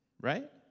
Right